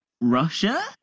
Russia